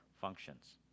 functions